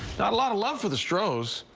not a lot of love for the strolls.